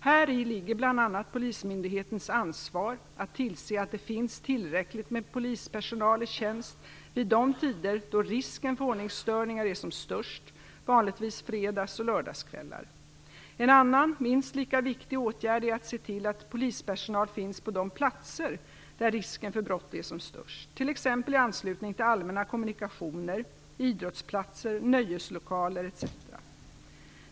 Häri ligger bl.a. polismyndighetens ansvar att tillse att det finns tillräckligt med polispersonal i tjänst vid de tider då risken för ordningsstörningar är som störst - vanligtvis fredags och lördagskvällar. En annan, minst lika viktig, åtgärd är att se till att polispersonal finns på de platser där risken för brott är som störst, t.ex. i anslutning till allmänna kommunikationer, idrottsplatser, nöjeslokaler etc.